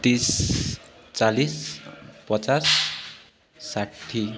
तिस चाल्लिस पचास साठी